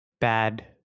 bad